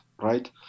right